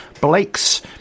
blake's